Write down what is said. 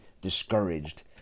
discouraged